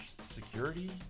security